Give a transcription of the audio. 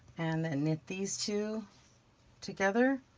and then knit these two together.